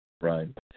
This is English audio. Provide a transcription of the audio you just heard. Right